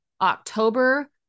October